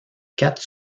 quatre